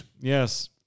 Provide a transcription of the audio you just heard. Yes